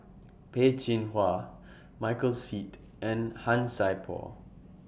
Peh Chin Hua Michael Seet and Han Sai Por